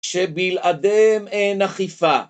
שבלעדיהם אין אכיפה